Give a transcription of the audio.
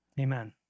Amen